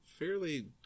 Fairly